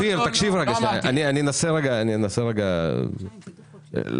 תקשיב, אני אנסה להסביר.